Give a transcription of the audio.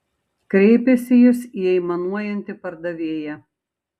kreipėsi jis į aimanuojantį pardavėją